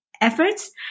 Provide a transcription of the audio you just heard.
efforts